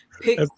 pick